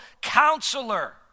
counselor